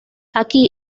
aquí